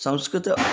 संस्कृतम्